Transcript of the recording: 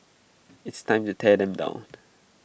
it's time to tear them down